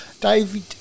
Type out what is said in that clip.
David